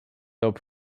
though